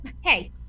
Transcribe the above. hey